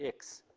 x